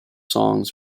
songs